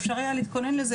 אפשר היה להתכונן לזה,